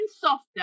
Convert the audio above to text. softer